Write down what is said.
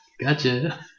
Gotcha